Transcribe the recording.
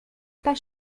pas